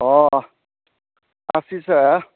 ꯑꯣ ꯑꯁꯤꯁꯦ